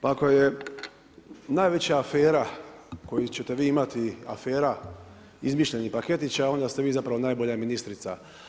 Pa ako je najveća afera koju ćete vi imati afera izmišljenih paketića, onda ste vi zapravo najbolja ministrica.